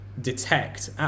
detect